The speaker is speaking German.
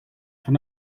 von